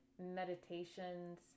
meditations